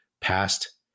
past